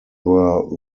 were